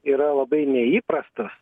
yra labai neįprastas